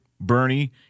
Bernie